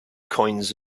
coins